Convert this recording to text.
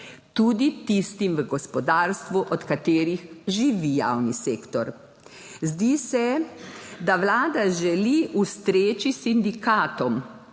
tudi tistim v gospodarstvu, od katerih živi javni sektor. Zdi se, da Vlada želi ustreči sindikatom,